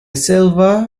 silva